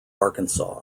arkansas